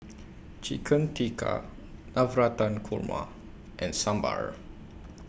Chicken Tikka Navratan Korma and Sambar